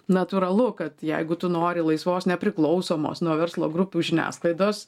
natūralu kad jeigu tu nori laisvos nepriklausomos nuo verslo grupių žiniasklaidos